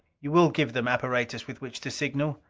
you will give them apparatus with which to signal?